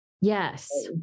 Yes